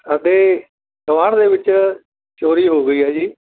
ਸਾਡੇ ਗੁਆਂਢ ਦੇ ਵਿੱਚ ਚੋਰੀ ਹੋ ਗਈ ਹੈ ਜੀ